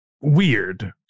weird